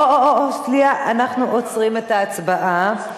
שנייה, אנחנו עוצרים את ההצבעה.